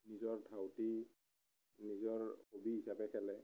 নিজৰ ধাউতি নিজৰ হবি হিচাপে খেলে